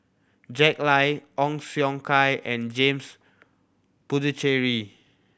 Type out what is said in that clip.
Jack Lai Ong Siong Kai and James Puthucheary